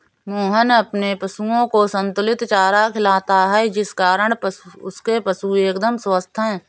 मोहन अपने पशुओं को संतुलित चारा खिलाता है जिस कारण उसके पशु एकदम स्वस्थ हैं